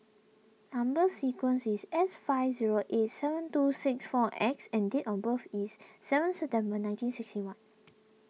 Number Sequence is S five zero eight seven two six four X and date of birth is seven September nineteen sixty one